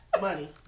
Money